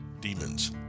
demons